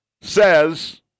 says